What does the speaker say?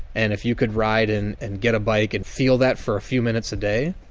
and if you could ride and and get a bike and feel that for a few minutes a day,